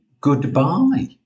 goodbye